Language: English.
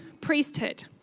priesthood